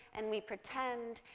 and we pretend,